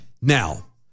Now